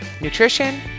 nutrition